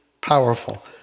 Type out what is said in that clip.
Powerful